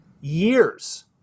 years